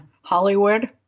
Hollywood